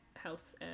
house